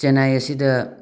ꯆꯦꯟꯅꯥꯏ ꯑꯁꯤꯗ